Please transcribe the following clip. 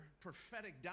prophetic